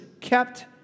kept